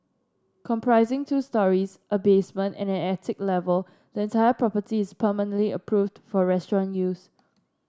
comprising two storeys a basement and an attic level the entire property is permanently approved for restaurant use